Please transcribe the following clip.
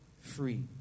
free